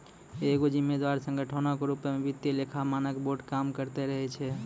एगो जिम्मेवार संगठनो के रुपो मे वित्तीय लेखा मानक बोर्ड काम करते रहै छै